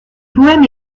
poèmes